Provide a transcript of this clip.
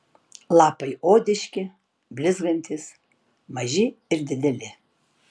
lapai odiški blizgantys maži ir dideli